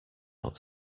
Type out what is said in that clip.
out